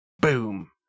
Boom